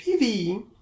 PV